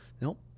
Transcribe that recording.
Nope